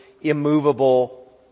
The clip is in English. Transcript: immovable